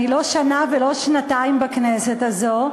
אני לא שנה ולא שנתיים בכנסת הזו,